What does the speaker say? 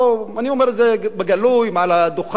אני אומר את זה בגלוי, מעל הדוכן,